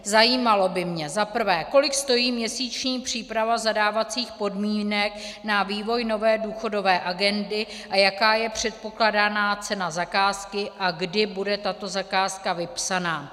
Zajímalo by mě za prvé, kolik stojí měsíční příprava zadávacích podmínek na vývoj nové důchodové agendy a jaká je předpokládaná cena zakázky a kdy bude tato zakázka vypsaná.